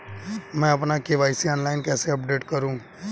मैं अपना KYC online कैसे अपडेट करूँ?